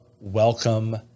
welcome